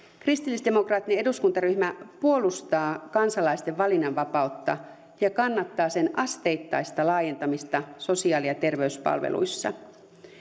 kristillisdemokraattinen eduskuntaryhmä puolustaa kansalaisten valinnanvapautta ja kannattaa sen asteittaista laajentamista sosiaali ja terveyspalveluissa